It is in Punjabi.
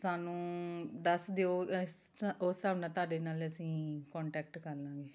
ਸਾਨੂੰ ਦੱਸ ਦਿਉ ਉਸ ਹਿਸਾਬ ਨਾਲ ਤੁਹਾਡੇ ਨਾਲ ਅਸੀਂ ਕੋਂਟੈਕਟ ਕਰ ਲਵਾਂਗੇ